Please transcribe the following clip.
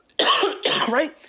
right